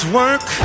work